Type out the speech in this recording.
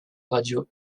radio